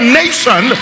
nation